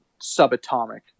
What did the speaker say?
subatomic